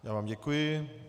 Já vám děkuji.